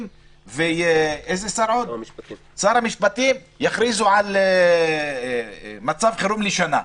ושר המשפטים יכריזו על מצב חירום לשנה.